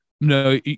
No